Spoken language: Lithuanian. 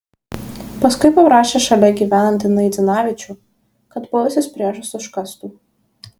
paskui paprašė šalia gyvenantį naidzinavičių kad buvusius priešus užkastų